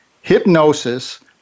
hypnosis